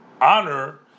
honor